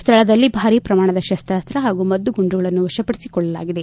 ಸ್ಥಳದಲ್ಲಿ ಭಾರೀ ಪ್ರಮಾಣದ ಶಸ್ತಾಸ್ತ್ರ ಹಾಗೂ ಮದ್ದುಗುಂಡುಗಳನ್ನು ವಶಪಡಿಸಿಕೊಳ್ಳಲಾಗಿದೆ